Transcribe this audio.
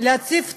ליצור תנאים,